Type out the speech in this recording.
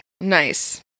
Nice